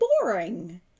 boring